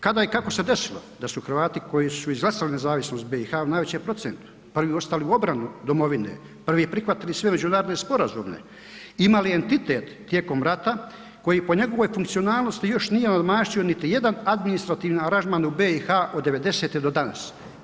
Kada i kako se desilo da su Hrvati koji su izglasali nezavisnost BiH u najvećem procentu prvi ustali u obranu domovine, prvi prihvatili sve međunarodne sporazume, imali entitet tijekom rata koji po njegovoj funkcionalnosti još nije nadmašio niti jedan administrativan aranžman u BiH od '90. do danas.